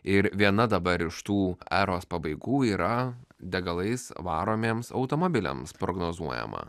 ir viena dabar iš tų eros pabaigų yra degalais varomiems automobiliams prognozuojama